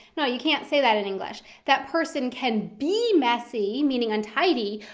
no, you can't say that in english. that person can be messy, meaning untidy,